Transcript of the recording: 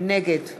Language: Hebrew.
נגד